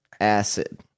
Acid